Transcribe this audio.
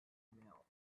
mouth